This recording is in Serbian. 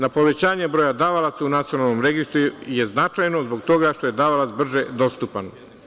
Na povećanje broja davalaca u nacionalnom registru je značajno zbog toga što je davalac brže dostupan.